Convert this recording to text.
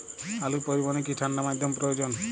আলু পরিবহনে কি ঠাণ্ডা মাধ্যম প্রয়োজন?